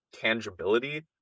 tangibility